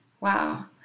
Wow